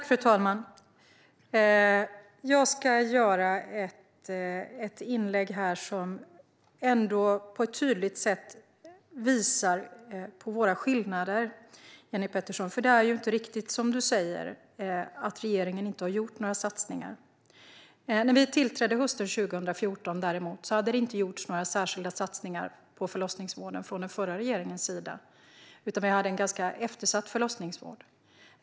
Fru talman! Jag ska göra ett inlägg här som ändå på ett tydligt sätt visar på skillnaderna mellan oss, för det är ju inte riktigt som Jenny Petersson säger att regeringen inte har gjort några satsningar. När vi tillträdde hösten 2014 hade det däremot inte gjorts några särskilda satsningar på förlossningsvården från den förra regeringens sida, utan vi hade en ganska eftersatt förlossningsvård.